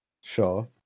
Sure